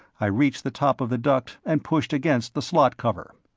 i reached the top of the duct and pushed against the slot cover.